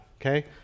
okay